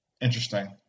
Interesting